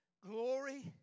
glory